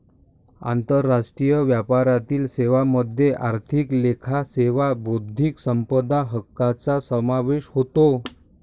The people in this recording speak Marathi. आंतरराष्ट्रीय व्यापारातील सेवांमध्ये आर्थिक लेखा सेवा बौद्धिक संपदा हक्कांचा समावेश होतो